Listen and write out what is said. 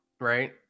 right